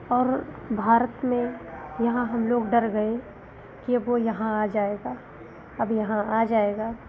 और भारत में यहाँ हम लोग डर गए कि अब वह यहाँ आ जाएगा अब यहाँ आ जाएगा